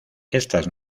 estas